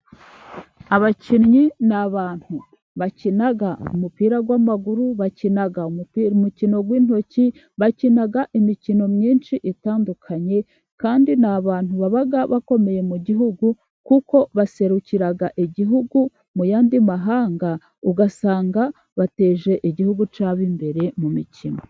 Abakinnyi ni abantu bakina umupira w'amaguru, bakina umupira umukino w'intoki, bakina imikino myinshi itandukanye. Kandi ni abantu baba bakomeye mu gihugu, kuko baserukira igihugu mu yandi mahanga, ugasanga bateje igihugu cyabo imbere mu mikino.